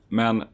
men